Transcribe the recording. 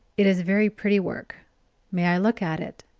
it is very pretty work may i look at it?